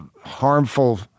harmful